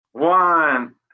One